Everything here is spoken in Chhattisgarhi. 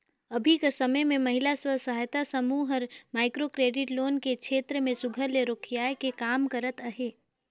अभीं कर समे में महिला स्व सहायता समूह हर माइक्रो क्रेडिट लोन के छेत्र में सुग्घर ले रोखियाए के काम करत अहे